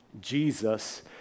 Jesus